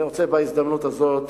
אני רוצה בהזדמנות הזאת,